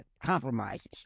compromises